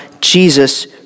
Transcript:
Jesus